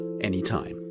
anytime